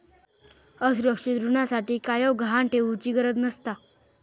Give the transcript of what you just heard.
असुरक्षित ऋणासाठी कायव गहाण ठेउचि गरज नसता